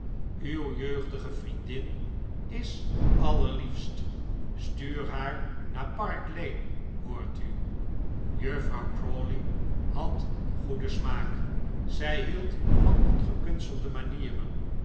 uw jeugdige vriendin is allerliefst stuur haar naar park lane hoort u juffrouw crawley had goeden smaak zij hield van ongekunstelde manieren